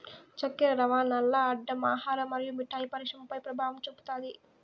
చక్కర రవాణాల్ల అడ్డం ఆహార మరియు మిఠాయి పరిశ్రమపై పెభావం చూపుతాది